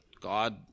God